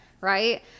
Right